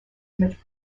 image